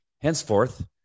Henceforth